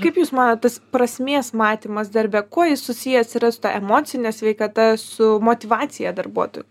kaip jūs manot tas prasmės matymas darbe kuo jis susijęs yra su emocine sveikata su motyvacija darbuotojų